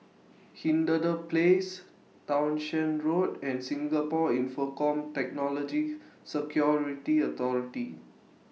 Hindhede Place Townshend Road and Singapore Infocomm Technology Security Authority